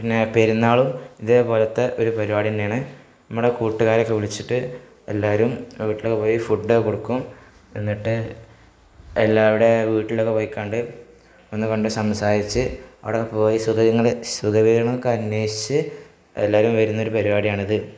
പിന്നെ പെരുന്നാളും ഇതേപോലത്തെ ഒരു പരുപാടി തന്നെയാണ് നമ്മുടെ കൂട്ടുകാരൊക്കെ വിളിച്ചിട്ട് എല്ലാവരും വീട്ടിലൊക്കെ പോയി ഫുഡ്ഡൊക്കെ കൊടുക്കും എന്നിട്ട് എല്ലാവരുടെ വീട്ടിലൊക്കെ പോയി കണ്ട് ഒന്ന് കണ്ട് സംസാരിച്ച് അവിടെ പോയി സുഖ വിവരങ്ങളൊക്കെ അന്വേഷിച്ച് എല്ലാരും വരുന്നൊരു പരിപാടിയാണിത്